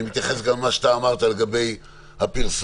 אני מתייחס גם למה שאמרת לגבי הפרסומים.